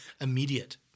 immediate